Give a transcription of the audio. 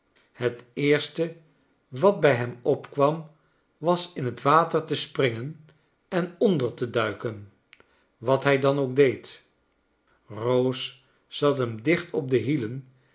het eerst wat bij hem opkwam was in t water te springen en onder te duiken wat hij dan ook deed bose zat hem dicht op de hielen